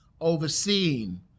Overseeing